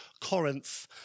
Corinth